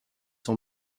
son